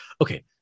okay